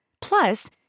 Plus